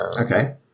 Okay